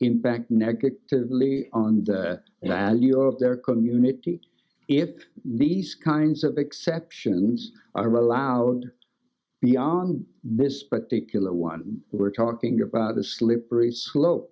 impact negatively on the al you of their community if these kinds of exceptions are allowed beyond this particular one we're talking about the slippery slope